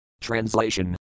Translation